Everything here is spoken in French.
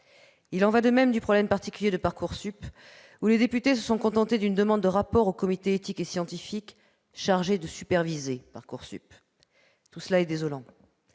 Il en va de même du problème particulier de Parcoursup : les députés se sont contentés d'une demande de rapport au Comité éthique et scientifique chargé de superviser Parcoursup. Tout cela est désolant.